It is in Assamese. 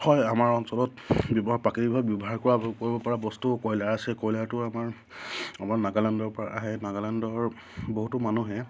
হয় আমাৰ অঞ্চলত ব্যৱহাৰ প্ৰাকৃতিভাৱে ব্যৱহাৰ কৰা কৰিব পৰা বস্তু কয়লা আছে কয়লাটো আমাৰ আমাৰ নাগালেণ্ডৰপৰা আহে নাগালেণ্ডৰ বহুতো মানুহে